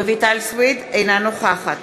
אינה נוכחת